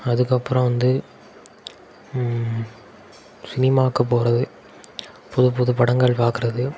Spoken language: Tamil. அதுக்கப்புறம் வந்து சினிமாக்கு போகிறது புது புது படங்கள் பார்க்குறது